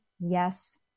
Yes